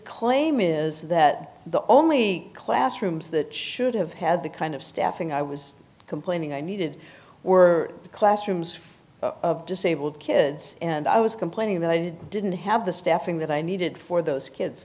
claim is that the only classrooms that should have had the kind of staffing i was complaining i needed were the classrooms for disabled kids and i was complaining that i didn't have the staffing that i needed for those kids